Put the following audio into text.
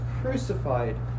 crucified